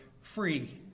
free